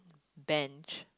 bench